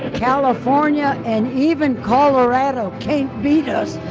california, and even colorado can't beat us.